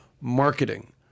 marketing